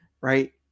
right